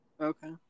Okay